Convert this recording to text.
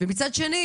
ומצד שני,